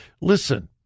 Listen